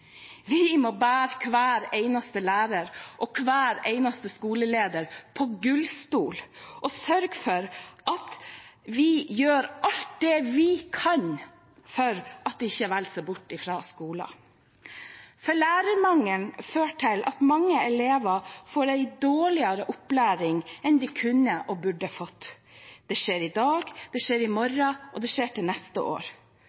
Vi må bære hver eneste lærer og hver eneste skoleleder på gullstol og sørge for at vi gjør alt vi kan for at de ikke velger seg bort fra skolen. For lærermangelen fører til at mange elever får en dårligere opplæring enn de kunne og burde fått. Det skjer i dag, det skjer i morgen, og det skjer til neste år.